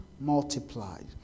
multiplied